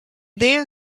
then